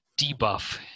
debuff